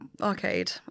arcade